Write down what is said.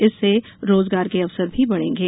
इससे रोजगार के अवसर भी बढ़ेगे